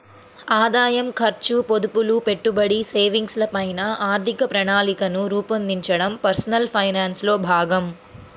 ఆదాయం, ఖర్చు, పొదుపులు, పెట్టుబడి, సేవింగ్స్ ల పైన ఆర్థిక ప్రణాళికను రూపొందించడం పర్సనల్ ఫైనాన్స్ లో భాగం